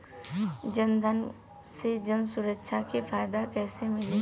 जनधन से जन सुरक्षा के फायदा कैसे मिली?